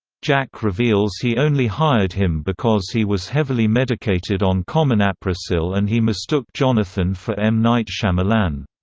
jack reveals he only hired him because he was heavily medicated on comanaprosil and he mistook jonathan for m. night shyamalan.